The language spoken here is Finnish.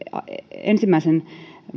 ensimmäisen